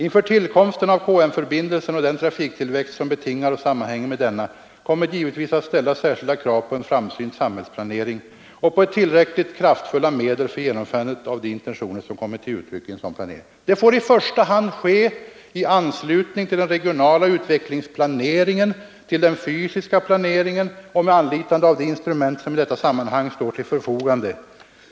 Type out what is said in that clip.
Inför tillkomsten av KM-förbindelsen — och den trafiktillväxt som betingar och sammanhänger med denna — kommer givetvis att ställas särskilda krav på en framsynt samhällsplanering och på tillräckligt kraftfulla medel för genomförandet av de intentioner som kommer till uttryck i en sådan planering. Det får i första hand ske i anslutning till den regionala utvecklingsplaneringen och den fysiska planeringen och med anlitande av de instrument som i detta sammanhang står till förfogande.